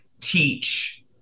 teach